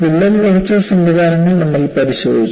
വിള്ളൽ വളർച്ചാ സംവിധാനങ്ങൾ നമ്മൾ പരിശോധിച്ചു